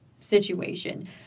situation